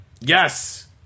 Yes